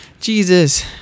Jesus